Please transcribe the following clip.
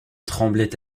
tremblait